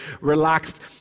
relaxed